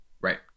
right